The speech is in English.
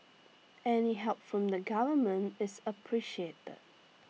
any help from the government is appreciated